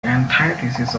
antithesis